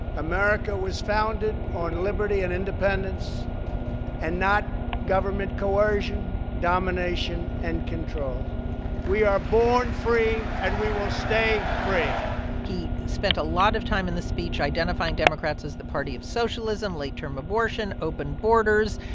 america was founded on liberty and independence and not government coercion, domination and control we are born free. and we will stay free he spent a lot of time in the speech identifying democrats as the party of socialism, late-term abortion, open borders.